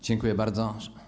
Dziękuję bardzo.